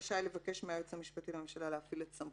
רשאי לבקש מהיועץ המשפטי לממשלה להפעיל את סמכותו.